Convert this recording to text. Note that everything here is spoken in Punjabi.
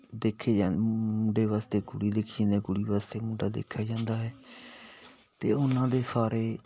ਦੇਖੇ ਜਾ ਮੁੰਡੇ ਵਾਸਤੇ ਕੁੜੀ ਦੇਖੀ ਜਾਂਦੀ ਕੁੜੀ ਵਾਸਤੇ ਮੁੰਡਾ ਦੇਖਿਆ ਜਾਂਦਾ ਹੈ ਅਤੇ ਉਹਨਾਂ ਦੇ ਸਾਰੇ